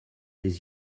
les